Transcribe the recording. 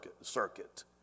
circuit